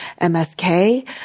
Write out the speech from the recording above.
MSK